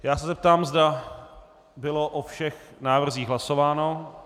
Já se zeptám, zda bylo o všech návrzích hlasováno.